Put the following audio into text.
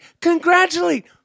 Congratulate